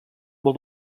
vol